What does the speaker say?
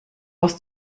aus